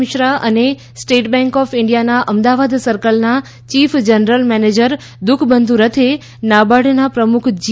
મિશ્રા અને state bank of ઇન્ડિયાના અમદાવાદ સર્કલના ચીફ જનરલ મેનેજર દુખબંધુ રથે નાબાર્ડના પ્રમુખ જી